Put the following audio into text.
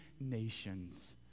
nations